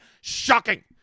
shocking